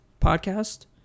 podcast